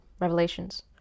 revelations